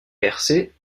persée